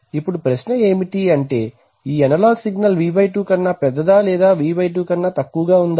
ఇప్పుడు ప్రశ్న ఏమిటంటే ఈ అనలాగ్ సిగ్నల్ V2 కన్నా పెద్దదా లేదా V2 కన్నా తక్కువగా ఉందా